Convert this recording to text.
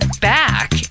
back